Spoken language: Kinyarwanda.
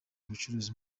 ubucuruzi